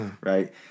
right